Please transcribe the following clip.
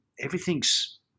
everything's